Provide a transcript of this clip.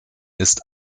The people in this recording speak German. ist